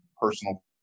personal